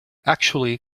actually